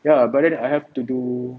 ya but then I have to do